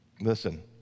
Listen